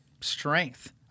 strength